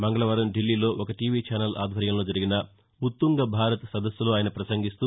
మంగకవారం దిల్లీలో ఒక TV channel ఆధ్యర్యంలో జరిగిన ఉత్తంగ భారత్ సదస్సులో ఆయన ప్రసంగిస్తూ